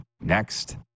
next